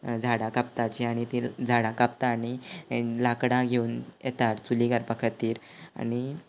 झाडां कापपाचीं आनी तीं झाडां कापता आनी लाकडां घेवन येता चुलीर घालपा खातीर आनी